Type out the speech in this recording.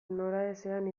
noraezean